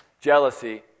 jealousy